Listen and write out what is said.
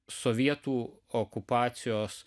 sovietų okupacijos